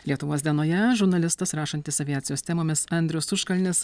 lietuvos dienoje žurnalistas rašantis aviacijos temomis andrius užkalnis